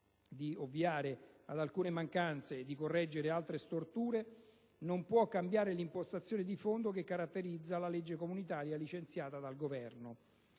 di ovviare ad alcune mancanze e di correggere altre storture, non può cambiare l'impostazione di fondo che caratterizza la legge comunitaria licenziata dal Governo.